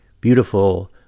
beautiful